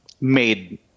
made